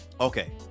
Okay